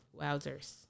Wowzers